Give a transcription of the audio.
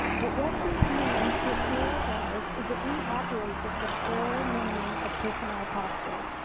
but what this means to a school like ours is that we operate with the bare minimum of personnel possible.